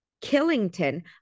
killington